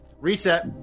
Reset